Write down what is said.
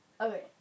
Okay